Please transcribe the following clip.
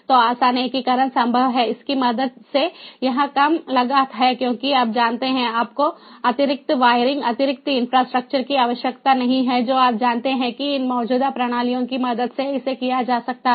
तो आसान एकीकरण संभव है इसकी मदद से यह कम लागत है क्योंकि आप जानते हैं आपको अतिरिक्त वायरिंग अतिरिक्त इंफ्रास्ट्रक्चर की आवश्यकता नहीं है जो आप जानते हैं कि इन मौजूदा प्रणालियों की मदद से इसे किया जा सकता है